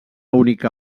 única